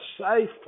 safe